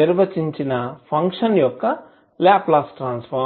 నిర్వచించిన ఫంక్షన్ యొక్క Laplace transform